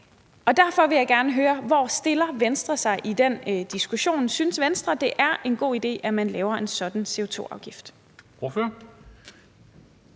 Derfor vil jeg gerne høre: Hvor stiller Venstre sig i den diskussion? Synes Venstre, det er en god idé, at man laver en sådan CO₂-afgift?